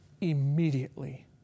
Immediately